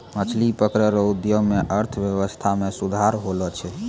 मछली पकड़ै रो उद्योग से अर्थव्यबस्था मे सुधार होलो छै